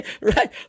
right